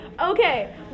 Okay